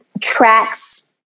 tracks